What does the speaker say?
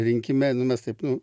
rinkime mes taip nu